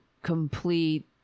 complete